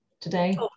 today